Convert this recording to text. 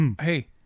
hey